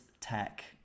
tech